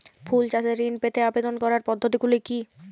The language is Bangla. ফুল চাষে ঋণ পেতে আবেদন করার পদ্ধতিগুলি কী?